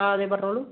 ആ അതെ പറഞ്ഞോളൂ